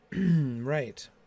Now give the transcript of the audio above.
Right